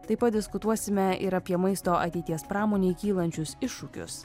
taip pat diskutuosime ir apie maisto ateities pramonei kylančius iššūkius